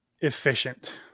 efficient